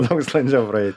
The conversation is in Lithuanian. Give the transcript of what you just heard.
daug sklandžiau praei